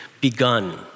begun